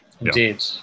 Indeed